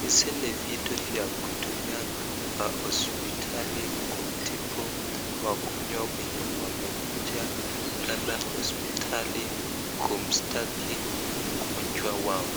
hizi ni vitu vya kutumia kwa hospitali kumtibu wagonjwa wenye wamekuja hapa hospitali kumstaki ugonjwa wao.